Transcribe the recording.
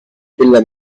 della